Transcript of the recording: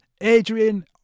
Adrian